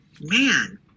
man